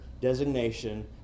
designation